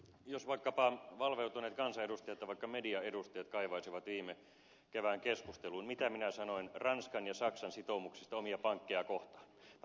jos vaikkapa valveutuneet kansanedustajat tai vaikka median edustajat kaivaisivat viime kevään keskustelun ja sen mitä minä sanoin ranskan ja saksan sitoumuksista omia pankkejaan kohtaan